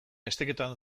esteketan